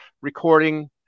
recording